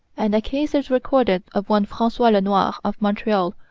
and a case is recorded of one francois lenoir, of montreal,